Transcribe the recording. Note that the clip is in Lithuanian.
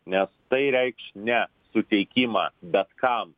nes tai reikš ne suteikimą bet kam